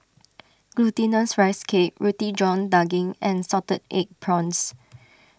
Glutinous Rice Cake Roti John Daging and Salted Egg Prawns